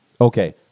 Okay